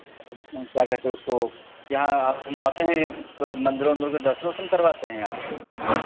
क्या कहते हैं उसको यहाँ आप घुमवाते हैं मंदिरों वंदिरों के दर्शन वर्शन करवाते हैं आप